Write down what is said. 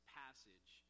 passage